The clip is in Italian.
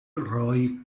roy